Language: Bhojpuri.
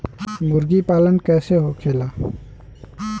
मुर्गी पालन कैसे होखेला?